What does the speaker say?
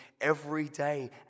everyday